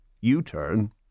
U-turn